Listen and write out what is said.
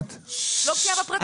לא בקיאה בפרטים.